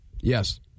Yes